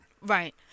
Right